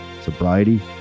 sobriety